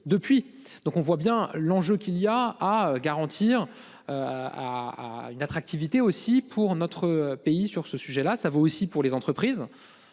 Donc on voit bien l'enjeu qu'il y a à garantir. À à une attractivité aussi pour notre pays, sur ce sujet-là, ça vaut aussi pour les entreprises.